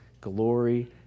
glory